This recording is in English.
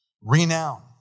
renown